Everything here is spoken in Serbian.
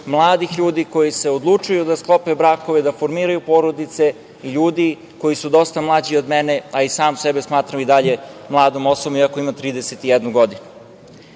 mladih ljudi koji se odlučuju da sklope brakove, da formiraju porodice, ljudi koji su dosta mlađi od mene, a i sam sebe smatram i dalje mladom osobom, iako imam 31